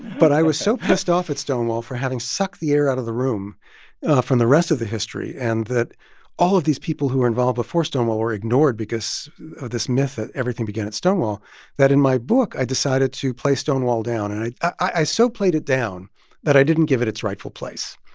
but i was so pissed off at stonewall for having sucked the air out of the room from the rest of the history and that all of these people who were involved before stonewall were ignored because of this myth that everything began at stonewall that in my book, i decided to play stonewall down. and i i so played it down that i didn't give it its rightful place.